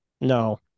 no